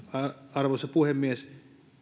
arvoisa puhemies